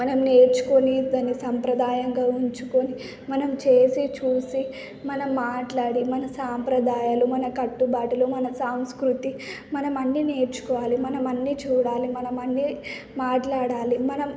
మనం నేర్చుకొని దాన్ని సంప్రదాయంగా ఉంచుకొని మనం చేసి చూసి మనం మాట్లాడి మన సంప్రదాయాలు మన కట్టుబాట్లు మన సాంస్కృతి మనమన్ని నేర్చుకోవాలి మనం అన్ని చూడాలి మనం అన్ని మాట్లాడాలి మనం